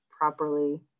properly